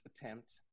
attempt